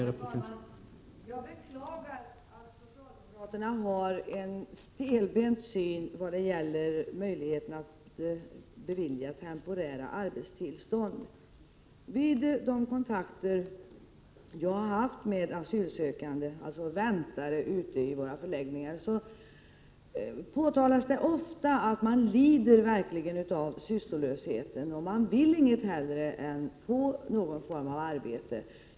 Herr talman! Jag beklagar att socialdemokraterna har en så stelbent syn på möjligheterna att bevilja temporärt arbetstillstånd. Vid de kontakter jag har haft med asylsökande som väntar ute i förläggningarna påtalas ofta att man verkligen lider av sysslolösheten. Man vill inget hellre än att få någon form av arbete.